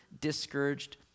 discouraged